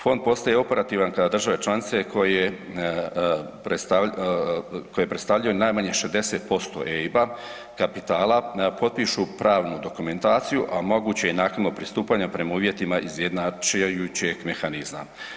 Fond postaje operativan kada države članice koje predstavljaju najmanje 60% EIB-a kapitala potpišu pravnu dokumentaciju, a moguće je i naknadno postupanje prema uvjetima izjednačujućeg mehanizma.